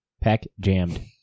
Pack-jammed